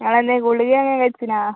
ഇങ്ങള് ഗുളിക എന്തെങ്കിലും കഴിച്ചിനാ